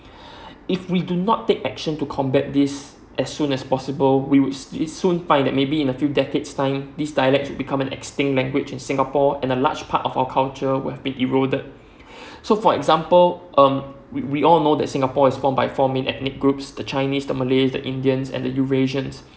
if we do not take action to combat this as soon as possible we would s~ soon find that maybe in the few decades time this dialect would become an extinct language in singapore and a large part of our culture would have been eroded so for example um we we all know that singapore is form by four main ethnic groups the chinese the malay the indians and the eurasians